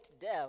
death